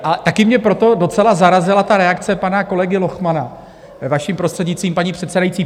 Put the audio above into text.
A také mě proto docela zarazila ta reakce pana kolegy Lochmana, vaším prostřednictvím, paní předsedající.